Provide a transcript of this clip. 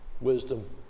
Wisdom